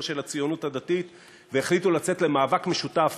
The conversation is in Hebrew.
של הציונות הדתית והחליטו לצאת למאבק משותף